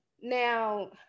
now